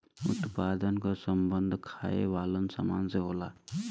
उत्पादन क सम्बन्ध खाये वालन सामान से होला